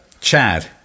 chad